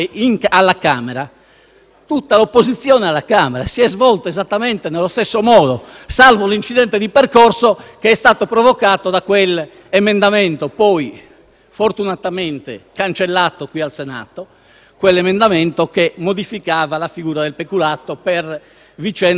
la discussione si è svolta esattamente allo stesso modo, salvo un incidente di percorso, che è stato provocato da quell'emendamento, poi fortunatamente cancellato qui al Senato, che modificava la figura del peculato per le vicende che ben conosciamo.